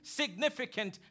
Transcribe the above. significant